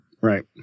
Right